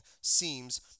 seems